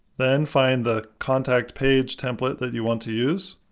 then find the contact page template that you want to use.